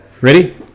Ready